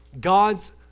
God's